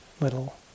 Little